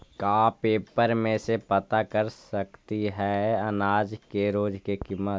का पेपर में से पता कर सकती है अनाज के रोज के किमत?